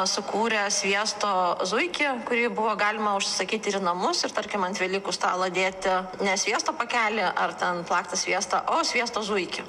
sukūrė sviesto zuikį kurį buvo galima užsisakyti ir į namus ir tarkim ant velykų stalo dėti ne sviesto pakelį ar ten plaktą sviestą o sviesto zuikį